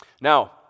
Now